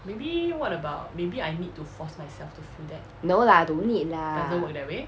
no lah don't need lah